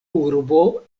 urbo